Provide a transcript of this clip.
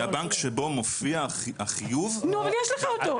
הבנק שבו מופיע החיוב --- נו, אבל יש לך אותו.